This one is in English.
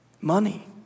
Money